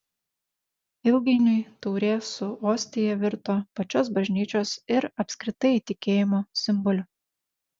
ilgainiui taurė su ostija virto pačios bažnyčios ir apskritai tikėjimo simboliu